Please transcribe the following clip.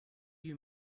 you